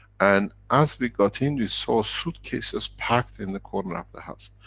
and, as we got in we saw suitcases, packed in the corner of the house,